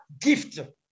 gift